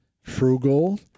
frugal